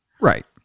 Right